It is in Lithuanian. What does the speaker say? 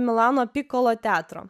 milano pikolo teatro